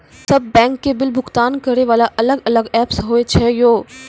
सब बैंक के बिल भुगतान करे वाला अलग अलग ऐप्स होय छै यो?